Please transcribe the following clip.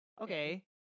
Okay